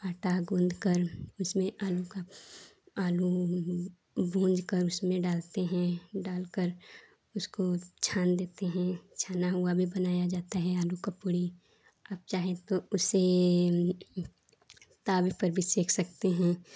आटा गूँथकर उसमें आलू का आलू भूँजकर उसमें डालते हैं डालकर उसको छान देते हैं छना हुआ में बनाई जाती है आलू की पूड़ी आप चाहे तो उसे तवे पर भी सेंक सकते हैं